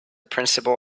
principal